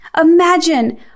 imagine